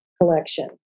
collection